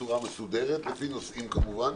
בצורה מסודרת, לפי נושאים כמובן.